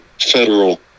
federal